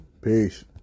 Peace